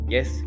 Yes